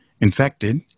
infected